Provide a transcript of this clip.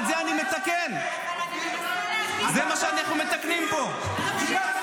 גם אסתר